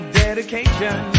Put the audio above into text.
dedication